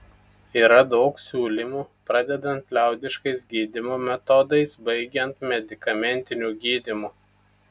yra daug siūlymų pradedant liaudiškais gydymo metodais baigiant medikamentiniu gydymu